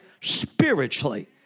spiritually